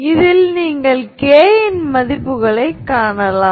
பிறகு நீங்கள்Avv ஐ எழுதலாம்